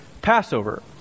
Passover